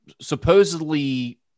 supposedly